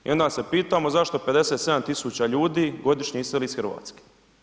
I onda se pitamo zašto 57.000 ljudi godišnje iseli iz Hrvatske.